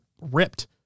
ripped